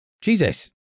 Jesus